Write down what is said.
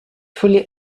fully